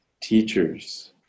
teachers